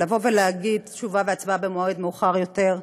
להגיד: תשובה והצבעה במועד מאוחר יותר,